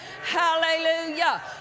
Hallelujah